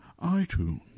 iTunes